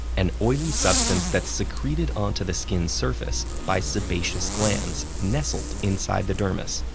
an oily substance that's secreted onto the skin's surface by sebaceous glands nestled inside the dermis.